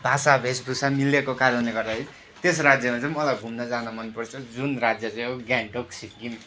भाषा वेशभूषा मिलेको कारणले गर्दाखेरि त्यस राज्यमा चाहिँ मलाई घुम्न जान मनपर्छ जुन राज्य चाहिँ हो गान्तोक सिक्किम